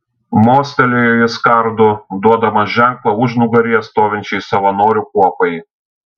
mostelėjo jis kardu duodamas ženklą užnugaryje stovinčiai savanorių kuopai